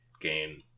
gain